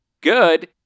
Good